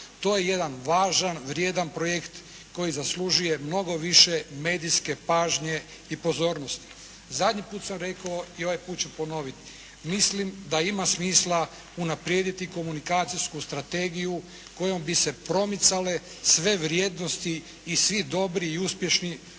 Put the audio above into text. to je jedan važan, vrijedan projekt koji zaslužuje mnogo više medijske pažnje i pozornosti. Zadnji put sam rekao i ovaj put ću ponoviti. Mislim da ima smisla unaprijediti komunikacijsku strategiju kojom bi se promicale sve vrijednosti i svi dobri i uspješni projekti